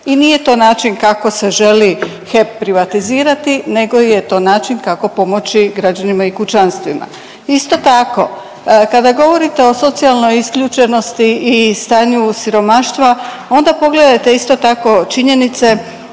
I nije to način kako se želi HEP privatizirati, nego je to način kako pomoći građanima i kućanstvima. Isto tako kada govorite o socijalnoj isključenosti i stanju siromaštva, onda pogledajte isto tako činjenice